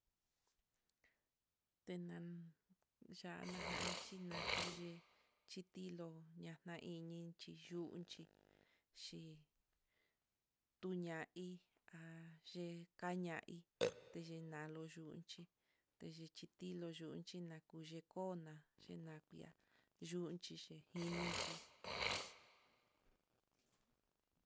Tenan ya'á najan xhina nakuye, xhitilo ñan ñaiñi xhi yuu, unchí xhi tuña hí ha yee kaña hí, tenalo yunchí yeyi chitilo yun, xhinakue tona'a yenakui'a, yunchí jininchí.